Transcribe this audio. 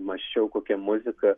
mąsčiau kokia muzika